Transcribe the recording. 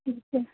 ठीक है